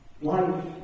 Life